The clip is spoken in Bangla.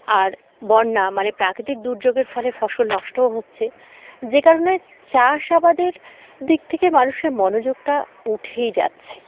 আর বন্যা মানে প্রাকৃতিক দুর্যোগের ফলে ফসল নষ্টও হচ্ছে যে কারণে চাষ আাবাদের দিক থেকে মানুষের মনোযোগটা উঠেই যাচ্ছে